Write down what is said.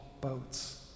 boats